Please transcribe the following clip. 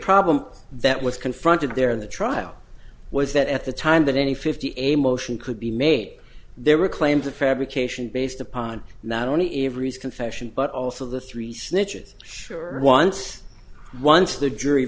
problem that was confronted there the trial was that at the time that any fifty a motion could be made there were claims of fabrication based upon not only eve reese confession but also the three snitches sure once once the jury